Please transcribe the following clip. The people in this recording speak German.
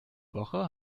woche